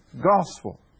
gospel